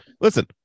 listen